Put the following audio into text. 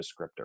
descriptor